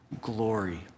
glory